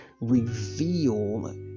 reveal